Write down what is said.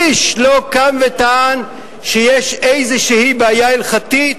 איש לא קם וטען שיש איזו בעיה הלכתית,